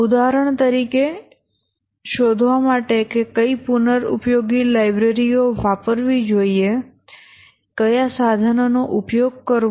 ઉદાહરણ તરીકે શોધવા માટે કે કઈ પુન ઉપયોગી લાઇબ્રેરીઓ વાપરવી જોઈએ કયા સાધનો નો ઉપયોગ કરવો